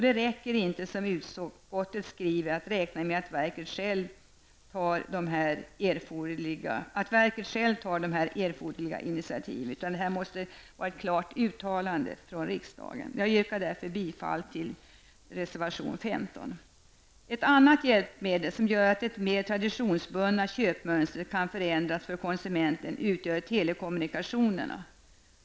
Det räcker inte som utskottet skriver att räkna med att verket självt tar erforderliga initiativ. Här behövs ett klart uttalande från riksdagen. Jag yrkar bifall till reservation 15. Ett annat hjälpmedel som gör att det mer traditionsbundna köpmönstret kan förändras för konsumenten utgör telekommunikationerna.